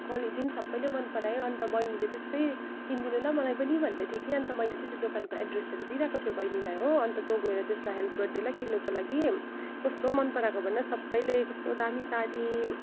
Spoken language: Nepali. क्वालिटी पनि सबैले मनपरायो अन्त बहिनीले त्यस्तै किनिदिनु ल मलाई पनि भन्दैथ्यो कि अन्त मैले चाहिँ त्यो दोकानको एड्रेसहरू दिइरहेको छु बहिनीलाई हो अन्त तँ गएर त्यसलाई हेल्प गरिदे ल किन्नुको लागि कस्तो मनपराएको भन् न सबैले कस्तो दामी साडी